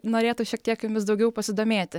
norėtų šiek tiek jumis daugiau pasidomėti